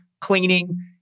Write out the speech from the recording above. cleaning